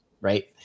right